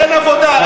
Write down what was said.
אין עבודה,